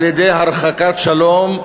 על-ידי הרחקת השלום,